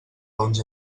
bons